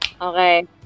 okay